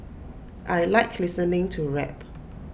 I Like listening to rap